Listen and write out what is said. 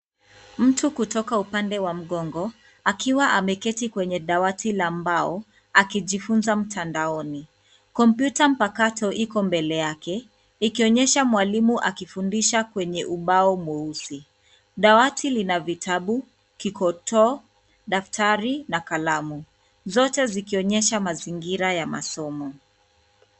Mtu kutoka upande wa mgongo, akiwa ameketi kwenye dawati la mbao akijifunza mtandaoni. Kompyuta mpakato iko mbele yake, ikionyesha mwalimu akifundisha kwenye ubao mweusi. Dawati lina vitabu, kikotoo, daftari na kalamu, zote zikionyesha mazingira ya masomo.